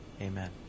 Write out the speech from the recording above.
Amen